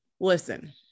Listen